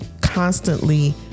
constantly